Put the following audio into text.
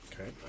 okay